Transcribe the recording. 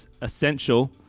essential